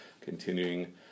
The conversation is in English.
Continuing